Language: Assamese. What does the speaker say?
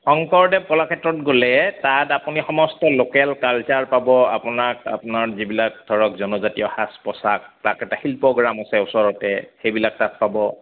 শংকৰদেৱ কলাক্ষেত্ৰত গ'লে তাত আপুনি সমস্ত লোকেল কালচাৰ পাব আপোনাক আপোনাৰ যিবিলাক ধৰক জনজাতীয় সাজ পোচাক তাত এটা শিল্পগ্ৰাম আছে ওচৰতে সেইবিলাক তাত পাব